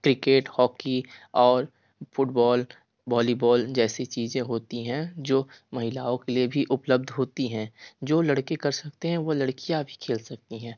cricket hockey और football volleyball जैसी चीज़ें होती हैं जो महिलाओं के लिए भी उपलब्ध होती हैं जो लड़के कर सकते हैं वो लड़कियाँ भी खेल सकती हैं